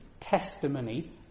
testimony